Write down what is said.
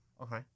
okay